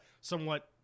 somewhat